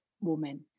woman